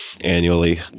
annually